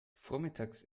vormittags